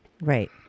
Right